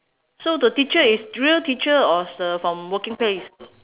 so the teacher is real teacher or is uh from working place